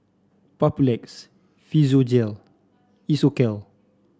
Papulex Physiogel Isocal